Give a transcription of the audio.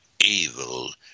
evil